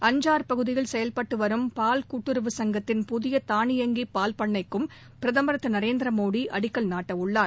அன்ஜார் பகுதியில் செயல்பட்டு வரும் பால் கூட்டுறவு சங்கத்தின் புதிய தானியங்கி பால் பண்ணைக்கும் பிரதமர் திரு நரேந்திர மோடி அடிக்கல் நாட்டவுள்ளார்